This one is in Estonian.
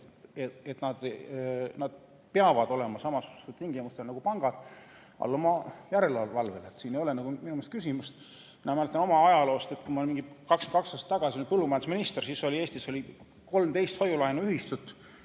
kasvanud, peavad olema samasugustel tingimustel nagu pangad, alluma järelevalvele. Siin ei ole minu meelest küsimust. Ma mäletan oma ajaloost, et kui ma olin 22 aastat tagasi põllumajandusminister, siis oli Eestis 13 hoiu-laenuühistut,